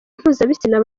mpuzabitsina